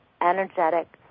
energetic